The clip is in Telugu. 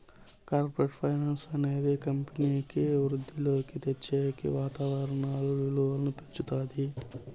కార్పరేట్ ఫైనాన్స్ అనేది కంపెనీకి వృద్ధిలోకి తెచ్చేకి వాతాదారుల విలువను పెంచుతాది